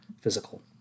physical